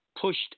pushed